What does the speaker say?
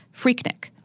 Freaknik